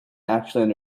actually